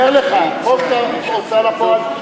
אומר לך, חוק ההוצאה לפועל,